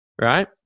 Right